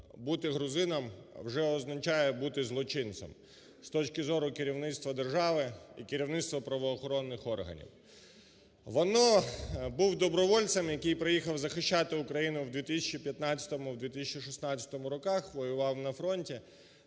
бути грузином вже означає бути злочинцем з точки зору керівництва держави і керівництва правоохоронних органів. Вано був добровольцем, який приїхав захищати Україну в 2015-му, в 2016-му роках, воював на фронті,